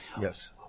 Yes